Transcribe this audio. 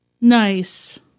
nice